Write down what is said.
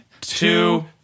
Two